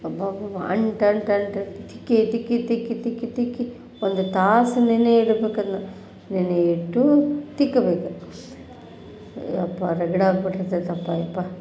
ಅಬ್ಬಬ್ಬಬ್ಬ ಅಂಟು ಅಂಟು ಅಂಟು ಇರುತ್ತೆ ತಿಕ್ಕಿ ತಿಕ್ಕಿ ತಿಕ್ಕಿ ತಿಕ್ಕಿ ತಿಕ್ಕಿ ಒಂದು ತಾಸು ನೆನೆ ಇಡ್ಬೇಕು ಅದನ್ನ ನೆನೆ ಇಟ್ಟು ತಿಕ್ಕಬೇಕು ಯಪ್ಪಾ ರಗಡಾಗಿ ಬಿಟ್ಟೈತೆಯಪ್ಪ ಯಪ್ಪಾ